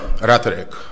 rhetoric